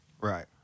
Right